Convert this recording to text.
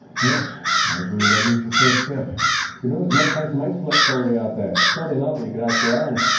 yes, i agree, that is the first step. matt who knows, you might find some iceflex already out there. probably not, but you could ask around.